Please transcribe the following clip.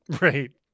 Right